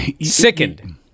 Sickened